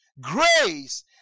grace